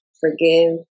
forgive